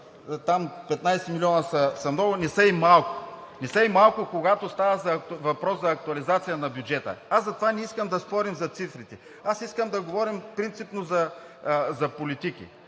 нито 15 милиона са много, не са и малко, не са и малко, когато става въпрос за актуализация на бюджета. Затова не искам да спорим за цифрите. Аз искам да говорим принципно за политики,